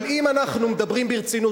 אבל אנחנו מדברים ברצינות,